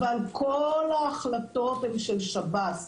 אבל כל ההחלטות הן של שב"ס.